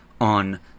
on